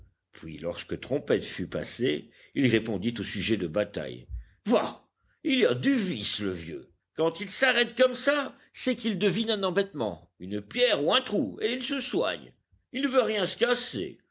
puis lorsque trompette fut passé il répondit au sujet de bataille va il a du vice le vieux quand il s'arrête comme ça c'est qu'il devine un embêtement une pierre ou un trou et il se soigne il ne veut rien se casser